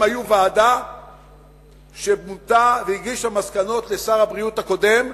הם היו ועדה שמונתה והגישה מסקנות לשר הבריאות הקודם,